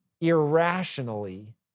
irrationally